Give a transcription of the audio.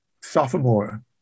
sophomore